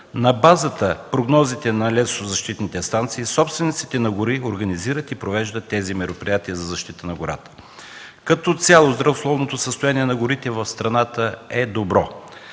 На базата прогнозите на лесозащитните станции собствениците на гори организират и провеждат тези мероприятия в защита на гората. Като цяло здравословното състояние на горите в страната е добро.